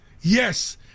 Yes